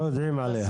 לא יודעים עליה.